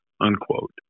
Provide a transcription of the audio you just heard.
unquote